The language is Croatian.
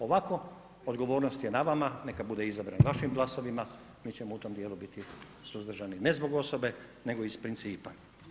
Ovako, odgovornost je na vama, neka bude izabran vašim glasovima, mi ćemo u tom dijelu biti suzdržani, ne zbog osobe nego iz principa.